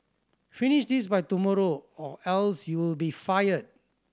finish this by tomorrow or else you'll be fired